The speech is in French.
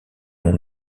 noms